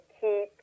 keep